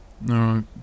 No